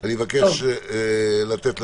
אז השאלה היא אם יש בנסיבות האלה הצדקה